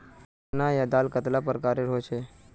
चना या दाल कतेला प्रकारेर होचे?